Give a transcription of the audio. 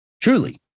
Truly